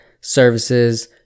services